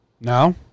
No